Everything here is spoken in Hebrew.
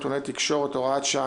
נתוני תקשורת) (הוראת שעה,